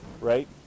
right